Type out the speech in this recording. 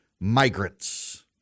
migrants